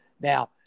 Now